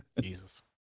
Jesus